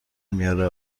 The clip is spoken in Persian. میاره